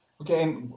Okay